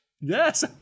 Yes